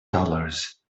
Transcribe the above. dollars